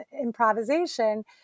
improvisation